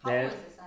then